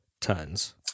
tons